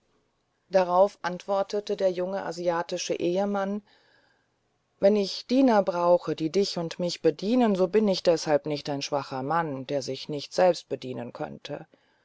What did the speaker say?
darauf antwortete der junge asiatische ehemann wenn ich diener brauche die dich und mich bedienen so bin ich deshalb nicht ein schwacher mann der sich nicht selbst bedienen könnte